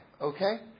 Okay